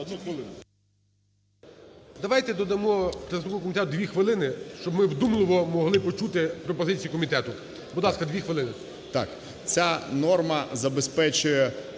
Давайте додамо представнику комітету 2 хвилини, щоб ми вдумливо могли почути пропозиції комітету. Будь ласка, 2 хвилини.